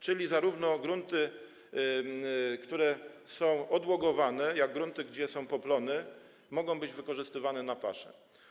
Czyli zarówno grunty, które są odłogowane, jak i grunty, gdzie są poplony, mogą być wykorzystywane na pasze.